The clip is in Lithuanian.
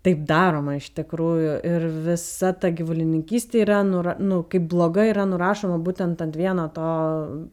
taip daroma iš tikrųjų ir visa ta gyvulininkystė yra nura nu kaip bloga yra nurašoma būtent ant vieno to